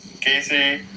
Casey